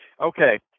okay